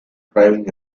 driving